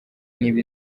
niba